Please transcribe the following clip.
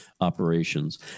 operations